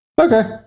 Okay